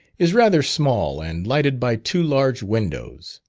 is rather small and lighted by two large windows.